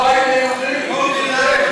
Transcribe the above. זה היה בצחוק.